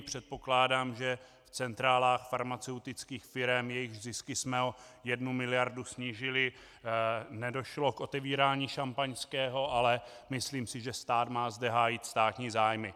Předpokládám, že v centrálách farmaceutických firem, jejichž zisky jsme o jednu miliardu snížily, nedošlo k otevírání šampaňského, ale myslím si, že stát má zde hájit státní zájmy.